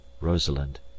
Rosalind